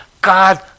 God